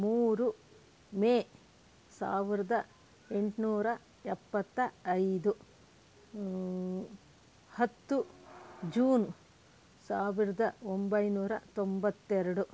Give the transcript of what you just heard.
ಮೂರು ಮೇ ಸಾವಿರದ ಎಂಟ್ನೂರ ಎಪ್ಪತ್ತ ಐದು ಹತ್ತು ಜೂನ್ ಸಾವಿರದ ಒಂಬೈನೂರ ತೊಂಬತ್ತೆರಡು